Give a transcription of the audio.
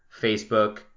Facebook